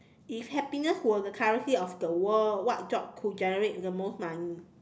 if happiness were the currency of the world what job could generate the most money